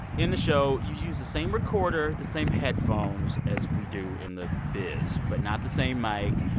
in the show, you use the same recorder, the same headphones as we do in the biz but not the same mic.